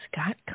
Scott